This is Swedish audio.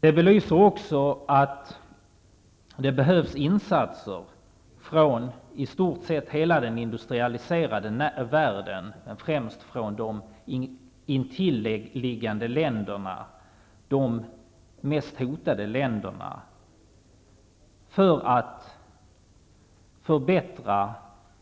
Den belyser också att det behövs insatser från i stort sett hela den industrialiserade världen, och främst från de intilliggande länderna -- de som är mest hotade -- för att förbättra